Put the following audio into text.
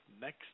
next